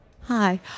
Hi